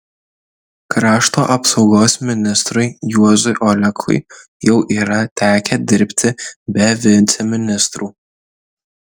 krašto apsaugos ministrui juozui olekui jau yra tekę dirbti be viceministrų